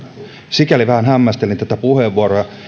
sikäli vähän hämmästelin tätä puheenvuoroa